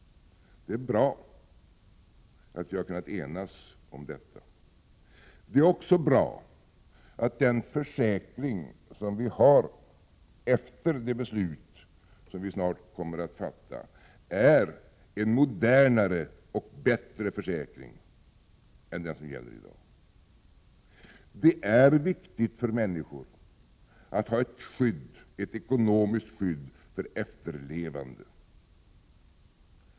Det är bra att vi kunnat enas om detta. Det är också bra att den försäkring som vi får efter det beslut som vi snart kommer att fatta är en modernare och bättre försäkring än den som gäller i dag. Det är viktigt att människorna har ett ekonomiskt skydd för efterlevande.